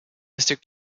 district